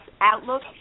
outlook